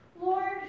Lord